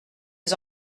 les